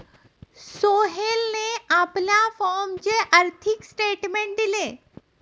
सोहेलने आपल्या फॉर्मचे आर्थिक स्टेटमेंट दिले